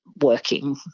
working